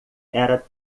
era